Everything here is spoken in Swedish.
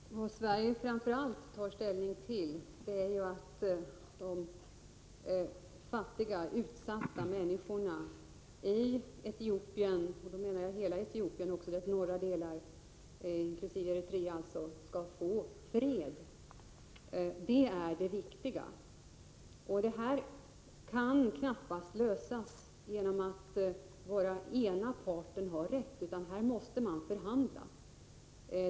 Herr talman! Sverige tar framför allt ställning för att de fattiga, utsatta människorna i Etiopien skall få fred. Jag menar då befolkningen i hela Etiopien, även i de norra delarna inkl. Eritrea. Det är det viktiga. Man kan knappast lösa konflikten genom att säga att den ena parten har rätt. Här måste man förhandla.